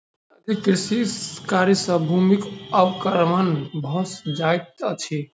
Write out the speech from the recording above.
अधिक कृषि कार्य सॅ भूमिक अवक्रमण भ जाइत अछि